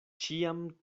ĉiam